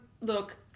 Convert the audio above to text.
Look